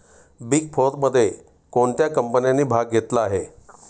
Big फोरमध्ये कोणत्या कंपन्यांनी भाग घेतला आहे?